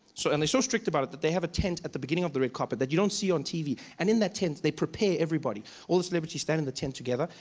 so and they are so strict about it, that they have a tent at the beginning of the red carpet. that you don't see on t v and in that tent, they prepare everybody. all the celebrities stand in the tent together,